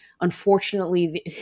Unfortunately